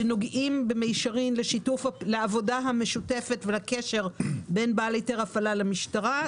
שנוגעים במישרין לעבודה המשותפת ולקשר בין בעל היתר הפעלה למשטרה,